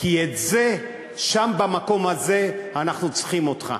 כי את זה, שם, במקום הזה, אנחנו צריכים אותך.